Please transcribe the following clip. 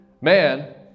man